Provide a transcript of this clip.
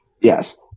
Yes